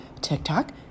TikTok